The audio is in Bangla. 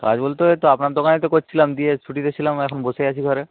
কাজ বলতে ওই তো আপনার দোকানেই তো করছিলাম দিয়ে ছুটিতে ছিলাম এখন বসে আছি ঘরে